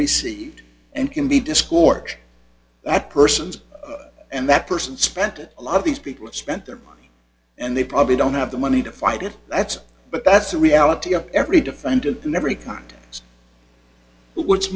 received and can be discord that person's and that person spent a lot of these people have spent their money and they probably don't have the money to fight it that's but that's the reality of every